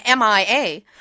MIA